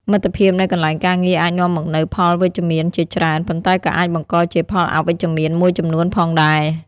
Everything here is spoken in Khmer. មិត្តភាពនៅកន្លែងការងារអាចនាំមកនូវផលវិជ្ជមានជាច្រើន ប៉ុន្តែក៏អាចបង្កជាផលអវិជ្ជមានមួយចំនួនផងដែរ។